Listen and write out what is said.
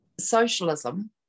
socialism